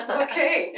okay